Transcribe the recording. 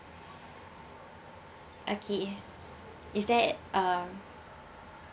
okay is there uh